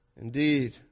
Indeed